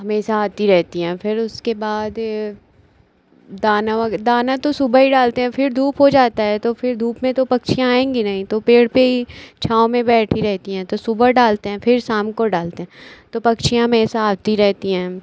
हमेशा आती रहती हैं फिर उसके बाद दाना व दाना तो सुबह ही डालते हैं फिर धूप हो जाती है तो फिर धूप में तो पक्षियाँ आएगी नहीं तो पेड़ पर ही छाँव में बैठी रहती हैं तो सुबह डालते हैं फिर शाम को डालते हैं तो पक्षियाँ हमेशा आती रहती हैं